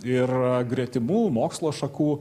ir gretimų mokslo šakų